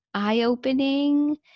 eye-opening